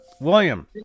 William